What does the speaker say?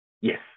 yes